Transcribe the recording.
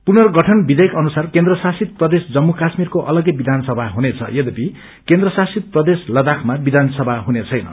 पुर्नगठन विवेयक अनुसार केन्द्रशासित प्रदेश जू काश्मीर अलग्गै विधानसभा हुनेछ यद्यपि केन्द्रयासित प्रदेश सद्दाखामा विधानसभा हुनेछेन